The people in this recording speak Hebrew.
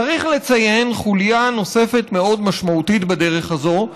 צריך לציין חוליה נוספת מאוד משמעותית בדרך הזאת,